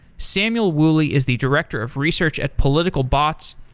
samuel woolley is the director of research at political bots.